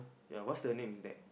ya what's the name is that